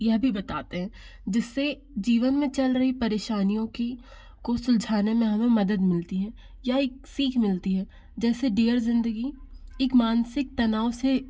यह भी बताते हैं जिससे जीवन में चल रही परेशानियों की को सुलझाने में हमें मदद मिलती है या एक सीख मिलती है जैसे डियर ज़िंदगी एक मानसिक तनाव से